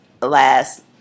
last